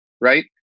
right